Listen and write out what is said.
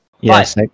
Yes